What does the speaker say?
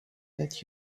that